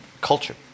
culture